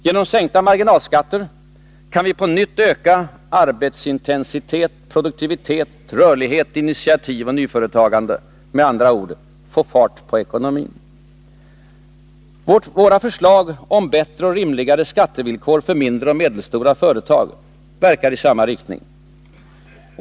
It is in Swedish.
Genom sänkta marginalskatter kan vi på nytt öka arbetsintensitet och produktivitet, rörlighet, initiativ och nyföretagande — med andra ord få fart på ekonomin. Våra förslag om bättre och rimligare skattevillkor för mindre och medelstora företag verkar i samma riktning.